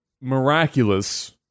miraculous